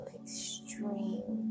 extreme